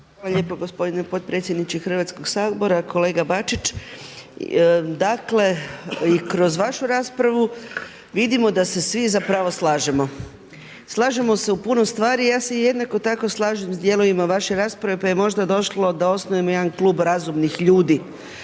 Hvala lijepo gospodine potpredsjedniče Hrvatskog sabora. Kolega Bačić, dakle, i kroz vašu raspravu vidimo da se svi zapravo slažemo. Slažemo se u puno stvari, ja se jednako tako slažem s dijelovima vaše rasprave pa je možda došlo da osnujemo jedan klub razumnih ljudi